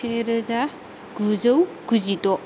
से रोजा गुजौ गुजिद'